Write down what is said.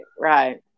right